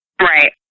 Right